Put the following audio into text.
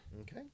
Okay